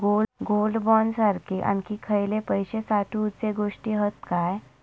Gold bond सारखे आणखी खयले पैशे साठवूचे गोष्टी हत काय?